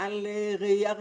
על ראייה רחבה.